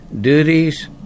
Duties